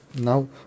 now